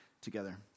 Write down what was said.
Together